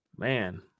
Man